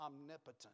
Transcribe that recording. omnipotent